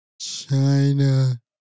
China